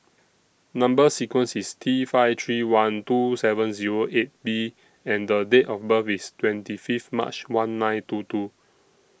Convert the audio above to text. Number sequence IS T five three one two seven Zero eight B and Date of birth IS twenty Fifth March one nine two two